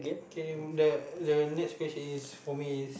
okay the the next question is for me is